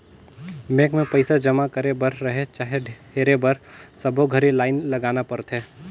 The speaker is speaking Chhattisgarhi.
बेंक मे पइसा जमा करे बर रहें चाहे हेरे बर सबो घरी लाइन लगाना परथे